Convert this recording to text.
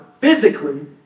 physically